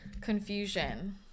confusion